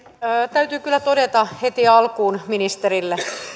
täytyy kyllä todeta heti alkuun ministerille